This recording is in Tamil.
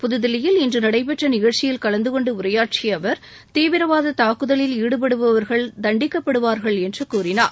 புதுதில்லியில் இன்று நடைபெற்ற நிகழ்ச்சியில் கலந்துகொண்டு உரையாற்றிய அவர் தீவிரவாத தாக்குதலில் ஈடுபடுபவர்கள் தண்டிக்கப்படுவார்கள் என்று கூறினார்